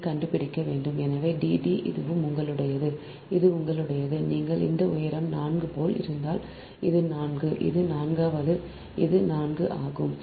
ஐ கண்டுபிடிக்க வேண்டும் எனவே d d இதுவும் உங்களுடையது இது உங்களுடையது நீங்கள் இந்த உயரம் 4 போல் இருந்தால் இது 4 இது 4 அதாவது இது 4 ஆகும்